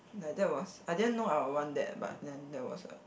like that was I didn't know I would want that but then that was uh